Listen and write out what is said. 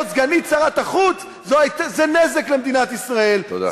להיות סגנית שר החוץ זה נזק למדינת ישראל, תודה.